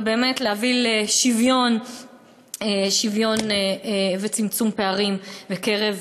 ובאמת להביא שוויון וצמצום פערים בקרב